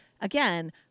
again